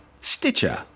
Stitcher